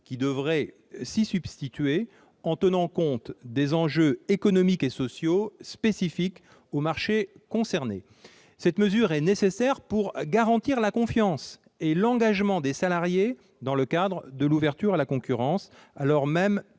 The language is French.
qui devrait s'y substituer en tenant compte des enjeux économiques et sociaux propres au marché concerné. Cette mesure est nécessaire pour garantir la confiance et l'engagement des salariés dans le cadre de l'ouverture à la concurrence, alors même